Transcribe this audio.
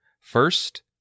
First